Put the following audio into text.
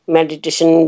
Meditation